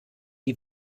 die